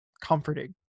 comforting